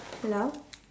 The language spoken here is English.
hello